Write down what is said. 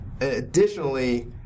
Additionally